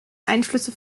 einflüsse